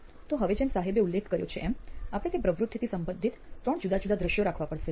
તો હવે જેમ્ સાહેબે ઉલ્લેખ કર્યો છે એમ આપણે તે પ્રવૃત્તિથી સંબંધિત ત્રણ જુદા જુદા દૃશ્યો રાખવા પડશે